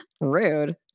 Rude